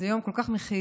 זה יום כל כך מכיל,